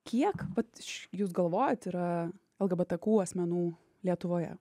kiek vat jūs galvojat yra lgbtq asmenų lietuvoje